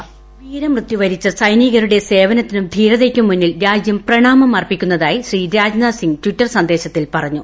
voice വീരമൃത്യു വരിച്ച സൈനികരുടെ സേവനത്തിനും ധീരതയ്ക്കും മുന്നിൽ രാജ്യം പ്രണാമം അർപ്പിക്കുന്നതായി ശ്രീ രാജ്നാഥ് സിംഗ് ടിറ്റർ സന്ദേശത്തിൽ പറഞ്ഞു